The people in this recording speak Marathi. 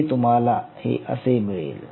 पुढे तुम्हाला हे असे मिळेल